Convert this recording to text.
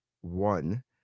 one